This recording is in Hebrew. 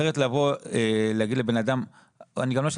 אחרת לבוא להגיד לבן אדם אני גם לא אשלם